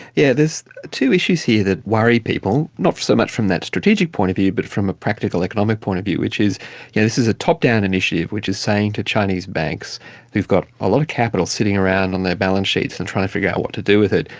yeah two issues here that worry people, not so much from that strategic point of view but from a practical economic point of view which is yeah this is a top-down initiative, which is saying to chinese banks who've got a lot of capital sitting around on their balance sheets and trying to figure out what to do with it,